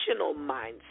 mindset